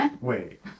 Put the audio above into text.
Wait